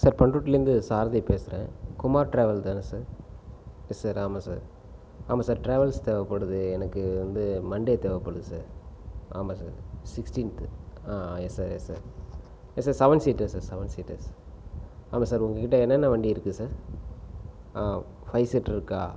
sir பண்ருட்டிலேருந்து சாரதி பேசுகிறேன் Kumar travel தானே சார் எஸ் சார் ஆமாம் சார் ஆமாம் சார் டிராவல் தேவைப்படுது எனக்கு வந்து மண்டே தேவைப்படுது சார் ஆமாம் சார் சிக்ஸ்டீன்த் ஆ yes sir yes sir yes sir seven seater seven seaters ஆமாம் சார் உங்கக்கிட்ட என்னென்ன வண்டி இருக்கு சார் ஆ ஃபைவ் சீட்டர் இருக்கா